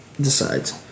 decides